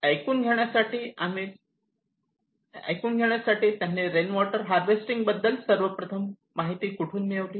एकूण घेण्यासाठी त्यांनी रेन वॉटर हार्वेस्टिंग टँक बद्दल सर्वप्रथम माहिती कुठून मिळवली